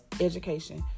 education